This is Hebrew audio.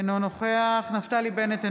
אינו נוכח נפתלי בנט,